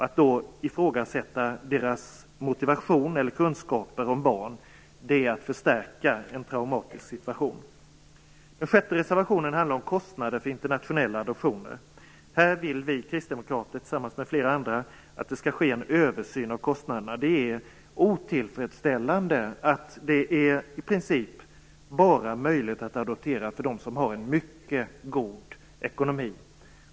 Att då ifrågasätta deras motivation eller kunskaper om barn är att förstärka en traumatisk situation. Den sjätte reservationen handlar om kostnader för internationella adoptioner. Här vill vi kristdemokrater tillsammans med flera andra att det skall ske en översyn av kostnaderna. Det är otillfredsställande att det i princip bara är möjligt att adoptera för dem som har en mycket god ekonomi.